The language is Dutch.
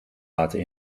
laten